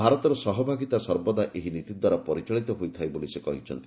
ଭାରତର ସହଭାଗିତା ସର୍ବଦା ଏହି ନୀତି ଦ୍ୱାରା ପରିଚାଳିତ ହୋଇଥାଏ ବୋଲି ସେ କହିଛନ୍ତି